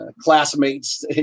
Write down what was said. classmates